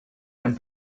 and